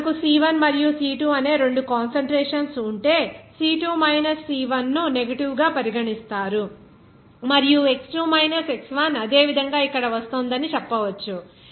ఇక్కడ మనకు C1 మరియు C2 అనే రెండు కాన్సంట్రేషన్స్ ఉంటే C2 మైనస్ C1 ను నెగటివ్ గా పరిగణిస్తారు మరియు x2 మైనస్ x1 అదే విధంగా ఇక్కడ వస్తోందని చెప్పవచ్చు